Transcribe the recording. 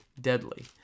Deadly